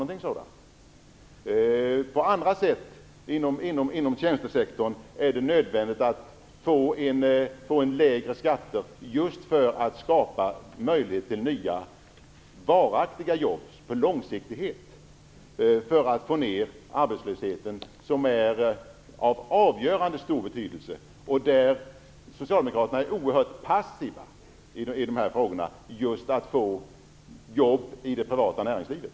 Det är också nödvändigt att på andra sätt åstadkomma lägre skatter inom tjänstesektorn, just för att skapa möjlighet till nya varaktiga jobb för att få ned arbetslösheten. Detta har en avgörande betydelse, men socialdemokraterna är oerhört passiva just när det gäller att skapa jobb i det privata näringslivet.